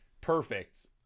perfect